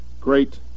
great